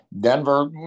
Denver